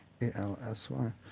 A-L-S-Y